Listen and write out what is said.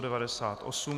98.